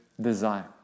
desire